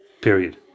Period